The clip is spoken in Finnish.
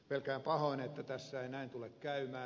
pelkään pahoin että tässä ei näin tule käymään